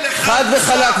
חד וחלק,